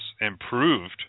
improved